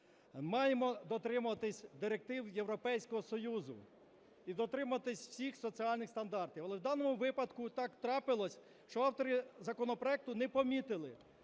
маємо дотримуватися директив Європейського Союзу і дотриматися всіх соціальних стандартів. Але в даному випадку так трапилося, що автори законопроекту не помітили,